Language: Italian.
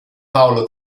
paolo